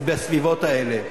בסביבות האלה.